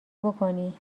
بکنی